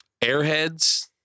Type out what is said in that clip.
Airheads